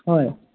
হয়